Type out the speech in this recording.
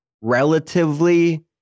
relatively